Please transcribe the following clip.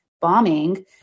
bombing